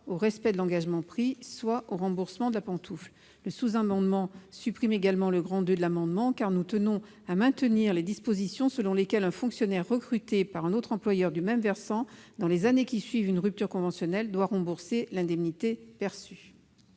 au respect de l'engagement pris, soit au remboursement de la pantoufle. Le sous-amendement vise également à supprimer le II de l'amendement, car nous tenons à maintenir les dispositions selon lesquelles un fonctionnaire recruté par un autre employeur du même versant dans les années qui suivent une rupture conventionnelle doit rembourser l'indemnité perçue.